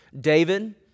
David